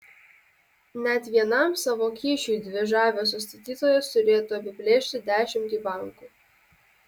net vienam savo kyšiui dvi žaviosios statytojos turėtų apiplėšti dešimtį bankų